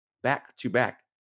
back-to-back